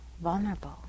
vulnerable